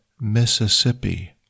Mississippi